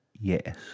yes